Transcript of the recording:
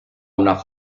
una